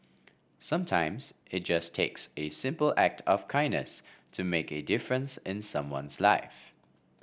sometimes it just takes a simple act of kindness to make a difference in someone's life